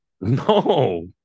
No